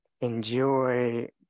enjoy